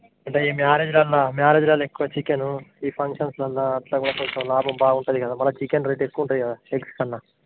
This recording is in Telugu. అంటే ఈ మ్యారేజ్లల్ల మ్యారేజ్లల్ల ఎక్కువ చికెన్ ఈ ఫంక్షన్స్లలో అట్ల కూడా కొంచెం లాభం బాగుంటుంది కదా చికెన్ రేట్ ఎక్కువ ఉంటుంది కదా ఎగ్స్ కన్నా